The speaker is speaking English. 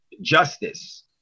Justice